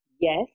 Yes